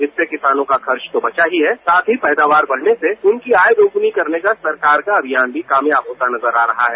इससे किसानों का खर्च तो बचा ही है साथ ही पैदावार बढ़ने से उनकी आय दोगुनी करने का सरकार का अभियान भी कामयाब होता नजर आ रहा है